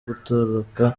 gutoroka